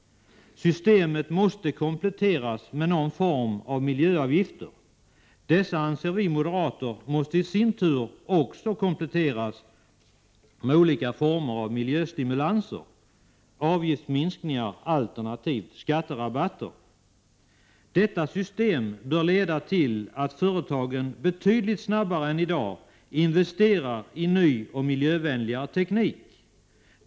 Systemet måste kompletteras med någon form av miljöavgifter. Dessa, anser vi moderater, måste i sin tur kompletteras i olika former av miljöstimulanser — avgiftsminskningar alternativt skatterabatter. Detta system bör leda till att företagen betydligt snabbare än i dag investerar i ny och miljövänligare teknik.